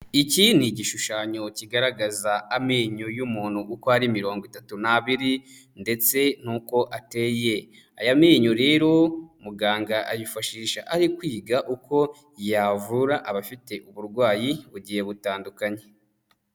Iki ni igishushanyo kigaragaza amenyo y'umuntu uko ari mirongo itatu n'abiri ndetse n'uko ateye, aya menyo rero muganga ayifashisha ari kwiga uko yavura abafite uburwayi bugiye butandukanye.